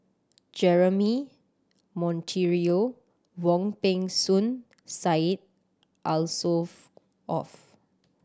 Jeremy Monteiro Wong Peng Soon Syed